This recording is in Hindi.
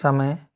समय